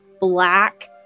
black